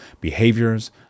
behaviors